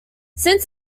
since